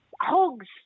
hugs